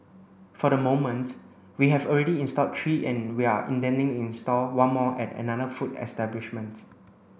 for the moment we have already installed three and we are intending to install one more at another food establishment